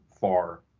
far